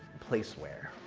placeware.